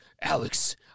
Alex